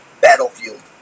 Battlefield